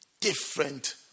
different